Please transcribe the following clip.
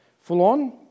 full-on